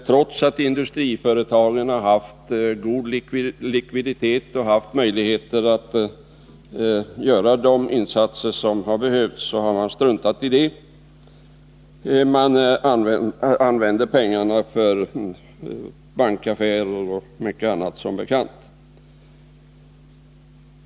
Trots att industri företagen har haft god likviditet och möjligheter att göra de nödvändiga insatserna, har de struntat i detta. Företagen använde, som bekant, pengarna för bankaffärer och mycket annat.